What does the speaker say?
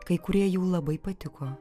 kai kurie jų labai patiko